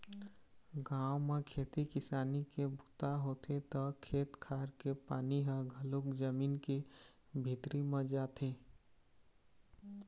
गाँव म खेती किसानी के बूता होथे त खेत खार के पानी ह घलोक जमीन के भीतरी म जाथे